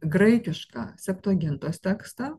graikišką septuagintos tekstą